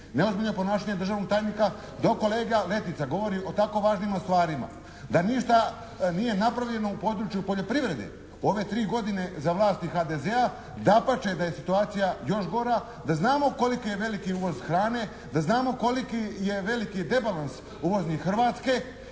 neozbiljno ponašanje državnog tajnika, dok Letica govori o tako važnima stvarima, da ništa nije napravljeno u području poljoprivrede ove tri godine za vlasti HDZ-a. Dapače da je situacija još gora, da znamo koliko je veliki uvoz hrane, da znamo koliko je veliki rebalans uvoznik Hrvatske